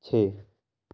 چھ